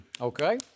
Okay